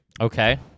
Okay